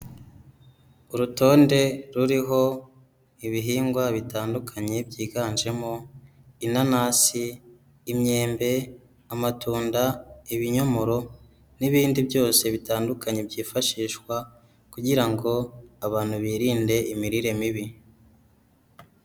Urutonde ruriho ibihingwa bitandukanye byiganjemo inanasi, imyembe, amatunda, ibinyomoro n'ibindi byose bitandukanye byifashishwa kugira ngo abantu birinde imirire mibi.